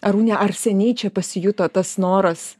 arūne ar seniai čia pasijuto tas noras